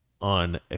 on